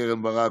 קרן ברק,